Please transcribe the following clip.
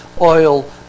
oil